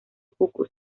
pocos